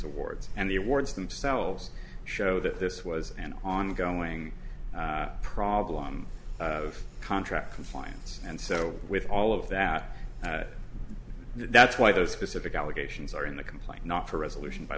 awards and the awards themselves show that this was an ongoing problem of contract compliance and so with all of that that's why those specific allegations are in the complaint not for resolution by